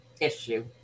issue